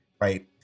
right